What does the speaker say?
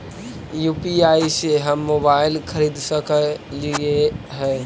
UPI से हम mobile खरिद सकलिऐ है